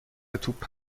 توپ